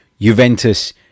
Juventus